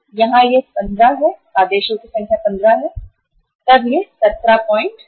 यहाँ यह 15 है आदेशों की संख्या 15 तब यह 1734 है